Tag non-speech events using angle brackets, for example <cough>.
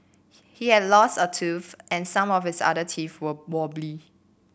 <unintelligible> he had lost a tooth and some of his other teeth were wobbly